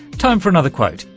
time for another quote,